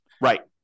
Right